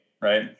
right